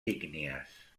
ígnies